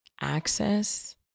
access